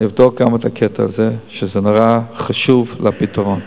נבדוק גם את הקטע הזה, שנראה חשוב לפתרון.